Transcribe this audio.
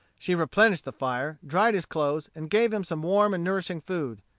she replenished the fire, dried his clothes, and gave him some warm and nourishing food.